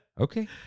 Okay